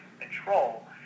control